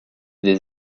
des